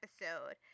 episode